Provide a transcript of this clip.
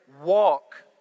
Walk